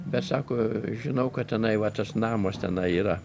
bet sako žinau kad tenai va tas namas tenai yra